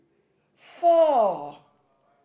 four